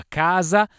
casa